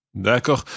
D'accord